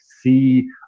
see